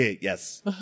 yes